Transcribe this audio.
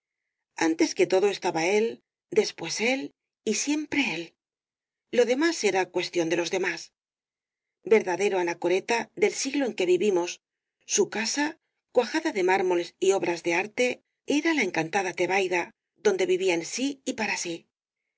antes que todo estaba el después él y siempre él lo demás era cuestión de los demás verdadero anacoreta del siglo en que vivimos su casa cuajada de mármoles y obras de arte era la encantada tebaida donde vivía en sí y para sí